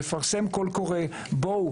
נפרסם קול קורא: בוא,